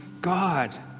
God